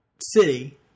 city